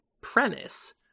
premise